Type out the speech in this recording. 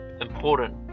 important